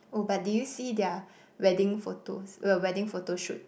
oh but did you see their wedding photos we~ wedding photo shoot